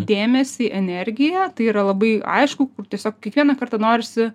dėmesį energiją tai yra labai aišku kur tiesiog kiekvieną kartą norisi